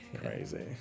crazy